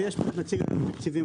יש פה את נציג אגף התקציבים,